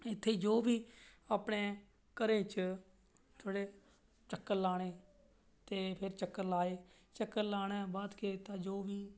ते इत्थें जो बी अपने घरै च ते थोह्ड़े चक्कर लाने ते फिर चक्कर लाए ते चक्कर लाने दे बाद जो कीता ओह्बी